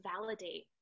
validate